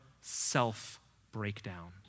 self-breakdown